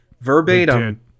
verbatim